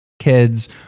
kids